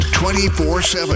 24-7